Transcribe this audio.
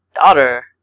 daughter